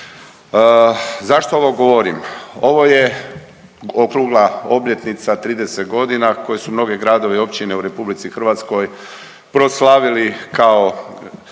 Zašto ovo govorim? Ovo je okrugla obljetnica 30.g. koju su mnogi gradovi i općine u RH proslavili kao